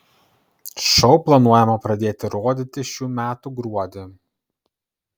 šou planuojama pradėti rodyti šių metų gruodį